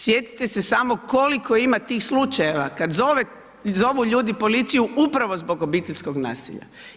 Sjetite se samo koliko ima tih slučajeva kada zovu ljudi policiju upravo zbog obiteljskog nasilja.